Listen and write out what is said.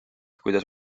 kuidas